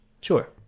sure